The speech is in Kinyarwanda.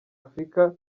afrika